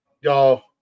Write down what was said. y'all